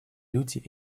люди